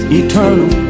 eternal